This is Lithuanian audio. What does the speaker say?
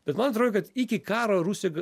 bet man atrodo kad iki karo rusija